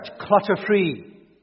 clutter-free